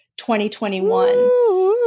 2021